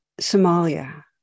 Somalia